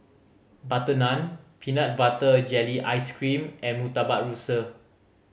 butter naan peanut butter jelly ice cream and Murtabak Rusa